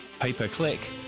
pay-per-click